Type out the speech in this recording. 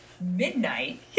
midnight